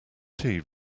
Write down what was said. tea